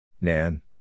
Nan